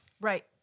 Right